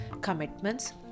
commitments